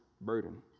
burden